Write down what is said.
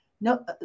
no